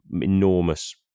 enormous